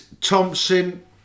Thompson